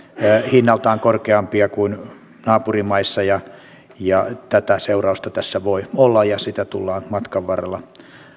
hinnaltaan korkeampia kuin naapurimaissa ja ja tätä seurausta tässä voi olla ja sitä tullaan matkan varrella